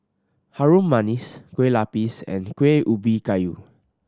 Harum Manis Kueh Lapis and Kuih Ubi Kayu